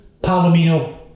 Palomino